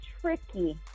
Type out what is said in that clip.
tricky